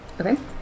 Okay